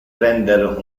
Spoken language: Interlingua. prender